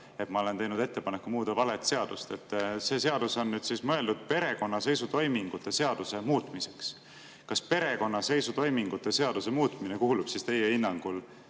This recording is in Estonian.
et ma olen teinud ettepaneku muuta valet seadust. See seadus on mõeldud perekonnaseisutoimingute seaduse muutmiseks. Kas perekonnaseisutoimingute seaduse muutmine kuulub teie hinnangul